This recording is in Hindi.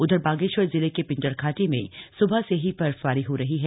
उधर बागेश्वर जिले के पिडंर घाटी में सुबह से ही बर्फबारी हो रही है